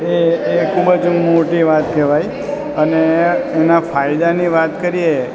એ એ ખૂબ જ મોટી વાત કહેવાય અને એના ફાયદાની વાત કરીએ